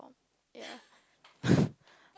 yeah